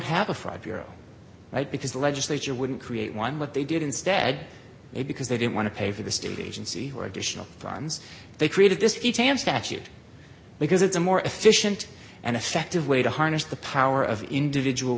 have a fraud bureau right because the legislature wouldn't create one what they did instead they because they didn't want to pay for the state agency or additional funds they created this statute because it's a more efficient and effective way to harness the power of individual